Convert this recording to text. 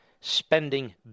spending